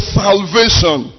salvation